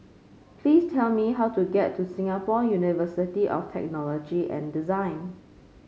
please tell me how to get to Singapore University of Technology and Design